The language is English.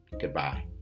Goodbye